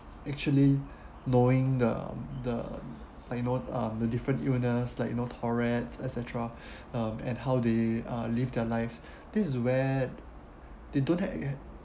actually knowing the the like you know um the different illness like you know tourettes et cetera uh and how they uh live their lives this is where they don't hav~